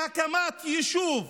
שהקמת יישוב